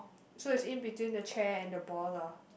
so it's in between the chair and the ball lah